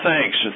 thanks